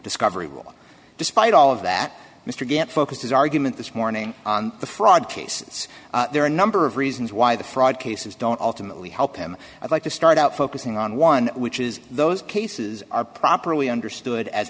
discovery rule despite all of that mr get focused his argument this morning on the fraud cases there are a number of reasons why the fraud cases don't ultimately help him i'd like to start out focusing on one which is those cases are properly understood a